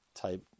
type